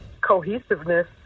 cohesiveness